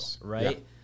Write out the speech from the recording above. right